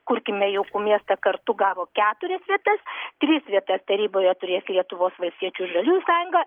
kurkime jaukų miestą kartu gavo keturias vietas tris vietas taryboje turės lietuvos valstiečių ir žaliųjų sąjunga